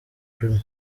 urimo